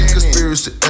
Conspiracy